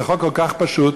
זה חוק כל כך פשוט,